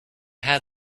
had